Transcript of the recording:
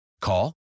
Call